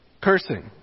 cursing